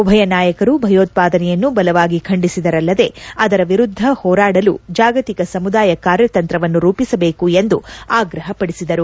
ಉಭಯ ನಾಯಕರು ಭಯೋತ್ಸಾದನೆಯನ್ನು ಬಲವಾಗಿ ಖಂಡಿಸಿದರಲ್ಲದೆ ಅದರ ವಿರುದ್ದ ಹೋರಾಡಲು ಜಾಗತಿಕ ಸಮುದಾಯ ಕಾರ್ನತಂತ್ರವನ್ನು ರೂಪಿಸಬೇಕು ಎಂದು ಆಗ್ರಹಪಡಿಸಿದರು